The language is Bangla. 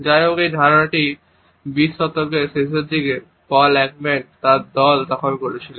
যাইহোক এই ধারণাটি 20 শতকের শেষের দিকে পল একম্যান এবং তার দল গ্রহণ করেছিল